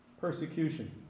Persecution